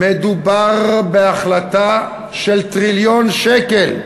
מדובר בהחלטה של טריליון שקל,